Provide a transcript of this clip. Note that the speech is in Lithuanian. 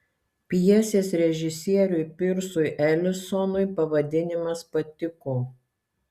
pjesės režisieriui pirsui elisonui pavadinimas patiko